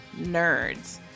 NERDS